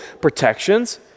protections